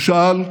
הוא שאל: